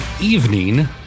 evening